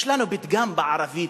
יש לנו פתגם בערבית,